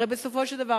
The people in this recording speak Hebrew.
הרי בסופו של דבר,